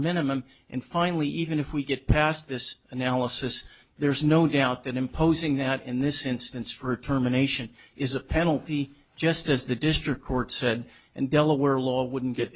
minimum and finally even if we get past this analysis there's no doubt that imposing that in this instance for terminations is a penalty just as the district court said and delaware law wouldn't get